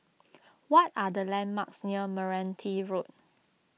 what are the landmarks near Meranti Road